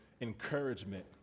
encouragement